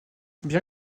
bien